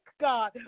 God